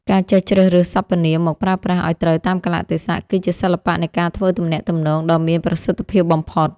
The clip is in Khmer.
ការចេះជ្រើសរើសសព្វនាមមកប្រើប្រាស់ឱ្យត្រូវតាមកាលៈទេសៈគឺជាសិល្បៈនៃការធ្វើទំនាក់ទំនងដ៏មានប្រសិទ្ធភាពបំផុត។